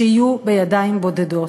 שיהיו בידיים בודדות?